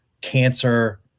cancer